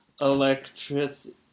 electricity